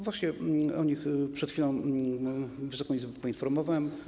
Właśnie o nich przed chwilą Wysoką Izbę poinformowałem.